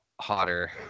Hotter